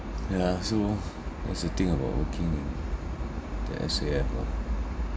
yeah so that's the thing about working in the SAF lah